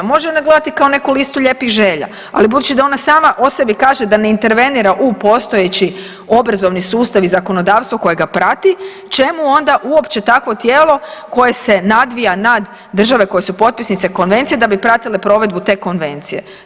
Može nadgledati kao neku listu lijepih želja, ali budući da ona sama o sebi kaže da ne intervenira u postojeći obrazovni sustav i zakonodavstvo koje ga prati, čemu onda uopće takvo tijelo koje se nadvija nad države koje su potpisnice konvencije da bi pratile provedbu te konvencije.